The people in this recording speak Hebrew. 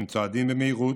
הם צועדים במהירות,